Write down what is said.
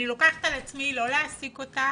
אני לוקחת על עצמי לא להעסיק אותה